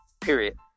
period